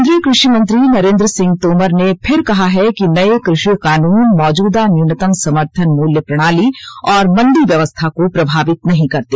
केन्द्रीय क्रषि मंत्री नरेन्द्र सिंह तोमर ने फिर कहा है कि नए क्रषि कानून मौजूदा न्यूनतम समर्थन मूल्य प्रणाली और मंडी व्यवस्था को प्रभावित नहीं करते